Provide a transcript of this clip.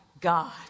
God